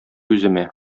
үземә